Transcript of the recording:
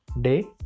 Day